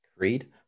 Creed